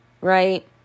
right